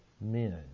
men